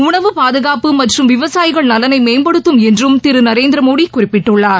உணவு பாதுகாப்பு மற்றும் விவசாயிகள் நலனை மேம்படுத்தும் என்றும் திரு நரேந்திர மோடி குறிப்பிட்டுள்ளார்